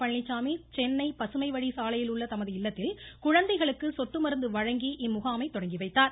பழனிசாமி சென்னை பசுமைவழி சாலையில் உள்ள தமது இல்லத்தில் குழந்தைகளுக்கு சொட்டுமருந்து வழங்கி இம்முகாமைத் தொடங்கி வைத்தார்